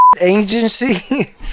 agency